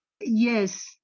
Yes